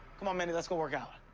come on, mindy. let's go work out.